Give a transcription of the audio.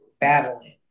battling